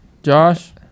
Josh